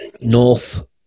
North